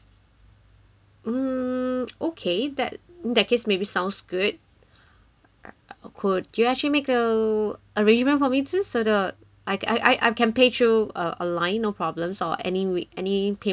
um okay that in that case maybe sounds good could you actually make uh arrangement for me too so that I I I can pay through uh online no problems or any any payments mode